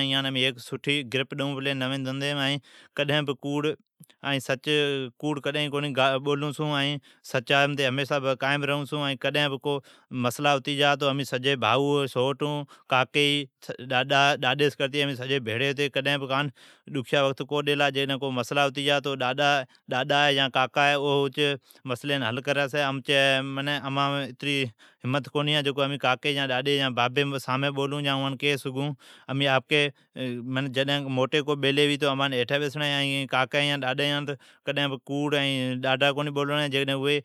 ھی اوان امین سٹھی گرپ ڈیئون پلی۔ نوی دھندھیم ائین کوڑ ائین سچ ،کوڑ کڈھن کونی بولون چھون، سچا متھی ھمیشہ قائم ریئون چھون۔ کڈھن بھی مسلا ھتی جا امین بھائو سوٹ کاکی ڈاڈی سون کرتی امین سجی بھیڑی ھتی۔ کڈھن بھی کان ڈکھیا وقت کونی ڈیلا۔ کو مسلا ھتی جا تو ڈاڈا، کاکا مسلا ھل کری چھی۔ ائین امام اتری ھمت کو ھی جکو امین بابی، کاکی، ڈاڈی سمین بولون۔ جڈ موٹی بیلی ھوی امان ھیٹھی بیسڑین کوڑ ائین ڈاڈھی کو بولڑین۔